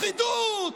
לכידות.